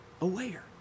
aware